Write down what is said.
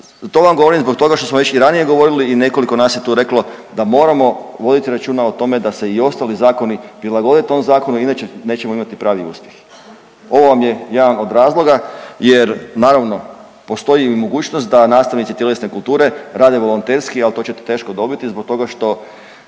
To vam govorim zbog toga što smo već i ranije govorili i nekoliko nas je tu reklo da moramo voditi računa o tome da se i ostali zakoni prilagode tom zakonu, inače neće imati pravi uspjeh. Ovo vam je jedan od razloga, jer naravno postoji i mogućnost da nastavnici tjelesne kulture rade volonterski, ali to ćete teško dobiti zbog toga što